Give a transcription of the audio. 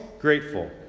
grateful